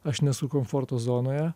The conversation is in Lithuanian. aš nesu komforto zonoje